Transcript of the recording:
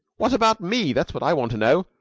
what about me, that's what i want to know.